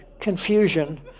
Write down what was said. confusion